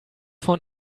von